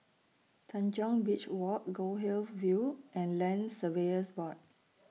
Tanjong Beach Walk Goldhill View and Land Surveyors Board